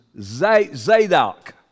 Zadok